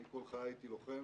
אני כל חיי הייתי לוחם